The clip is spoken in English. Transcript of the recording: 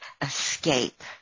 escape